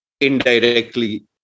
indirectly